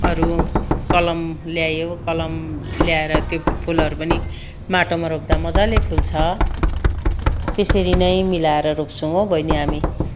अरू कलम ल्यायो कलम ल्याएर त्यो फुलहरू पनि माटोमा रोप्दा मजाले फुल्छ त्यसरी नै मिलाएर रोप्छौँ हौ बहिनी हामी